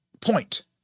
point